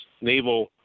naval